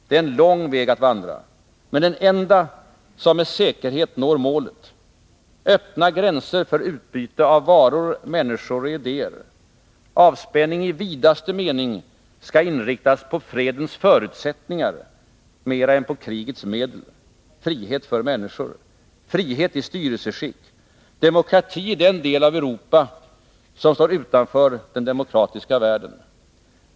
Det är en lång väg att vandra, men den enda som med säkerhet når målet: Öppna gränser för utbyte av varor, människor och idéer. Avspänning i vidaste mening skall inriktas på fredens förutsättningar mera än på krigets medel — frihet för människor, frihet i styrelseskick, demokrati i den del av Europa som står utanför den demokratiska världen.